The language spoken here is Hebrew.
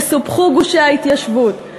יסופחו גושי ההתיישבות,